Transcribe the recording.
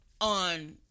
on